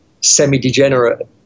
semi-degenerate